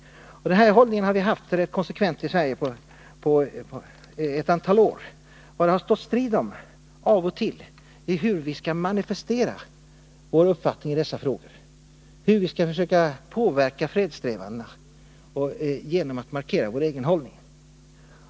Den här hållningen har vi konsekvent haft i Sverige under ett antal år. Vad det står strid om av och till är hur vi skall manifestera vår uppfattning i dessa frågor, hur vi skall försöka påverka fredssträvandena genom att markera vår egen hållning.